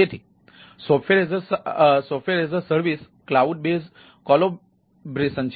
તેથી SaaS cloud base collaboration